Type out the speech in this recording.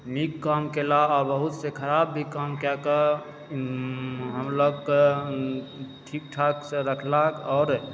नीक काम केला आ बहुत से खराब भी काम के कऽ हम लोगके ठीक ठाकसँ रखलाह आओर